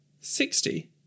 sixty